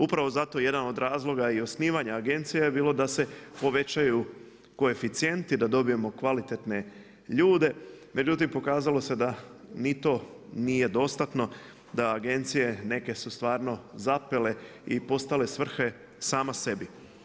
Upravo zato je jedan od razloga i osnivanje agencije je bilo da se povećaju koeficijenti da dobijemo kvalitetne ljude, međutim pokazalo se da ni to nije dostatno, da agencije neke su stvarno zapele i postale svrhe same sebi.